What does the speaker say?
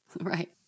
Right